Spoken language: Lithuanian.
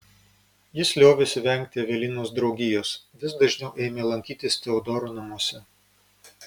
jis liovėsi vengti evelinos draugijos vis dažniau ėmė lankytis teodoro namuose